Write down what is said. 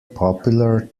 popular